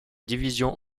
divisions